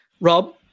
Rob